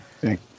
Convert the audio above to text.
Thank